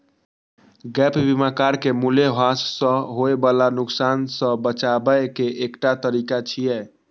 gap बीमा car के मूल्यह्रास सं होय बला नुकसान सं बचाबै के एकटा तरीका छियै